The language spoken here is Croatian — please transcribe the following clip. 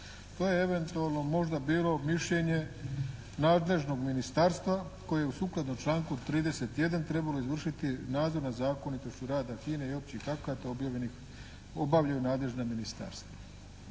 to je eventualno možda bilo mišljenje nadležnog ministarstva koje je sukladno članku 31. trebalo izvršiti nadzor nad zakonitošću rada HINA-e i općih akta objavljenih, obavljaju nadležna ministarstva.